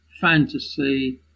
fantasy